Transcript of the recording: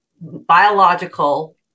biological